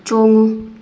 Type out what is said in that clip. ꯆꯣꯡꯉꯨ